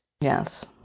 Yes